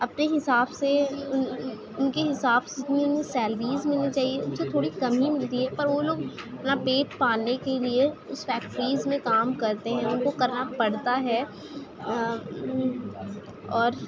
اپنے حساب سے ان کے حساب سے جتنی سیلریز ملنی چاہیے اس سے تھوڑی کم ہی ملتی ہے پر وہ لوگ اپنا پیٹ پالنے کے لیے اس فیکٹریز میں کام کرتے ہیں ان کو کرنا پڑتا ہے اور